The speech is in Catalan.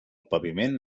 paviment